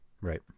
Right